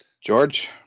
George